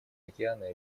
океаны